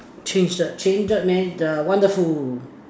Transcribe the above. change the changed man the wonderful